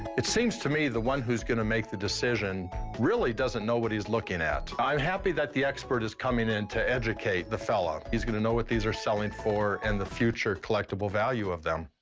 it seems to me the one who's going to make the decision really doesn't know what he's looking at. i'm happy that the expert is coming in to educate the fella. he's gonna know what these are selling for and the future collectible value of them.